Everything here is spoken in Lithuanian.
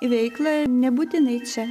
veiklą nebūtinai čia